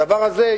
בדבר הזה,